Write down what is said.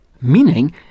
Meaning